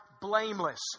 blameless